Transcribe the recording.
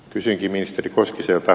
kysynkin ministeri koskiselta